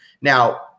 Now